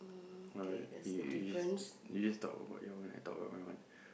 what he you just you just talk about your one I talk about my one